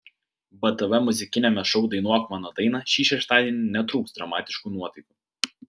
btv muzikiniame šou dainuok mano dainą šį šeštadienį netrūks dramatiškų nuotaikų